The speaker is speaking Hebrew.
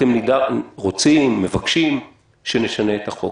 אתם רוצים ומבקשים שנשנה את החוק.